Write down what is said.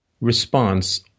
response